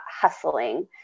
hustling